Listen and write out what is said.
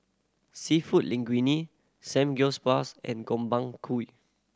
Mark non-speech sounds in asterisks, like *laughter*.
Seafood Linguine *unintelligible* and Gobchang Gui